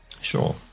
Sure